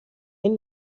این